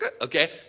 Okay